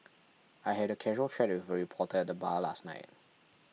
I had a casual chat with a reporter at the bar last night